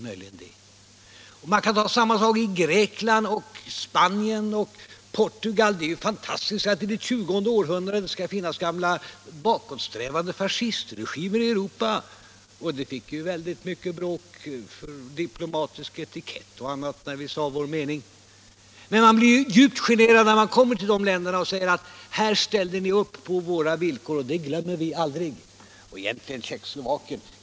På samma sätt är det med Grekland, Spanien och Portugal. Det är fantastiskt att det in i våra dagar skall finnas gamla bakåtsträvande fascistregimer i Europa. När vi sade vår mening om detta blev det mycket bråk om diplomatisk etikett och sådant. Men man blir djupt generad när man kommer till dessa länder och de säger: Ni ställde upp på våra villkor och det glömmer vi aldrig. Detsamma gäller egentligen också Tjeckoslovakien.